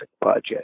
budget